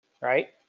right